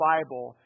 Bible